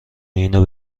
اینو